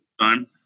time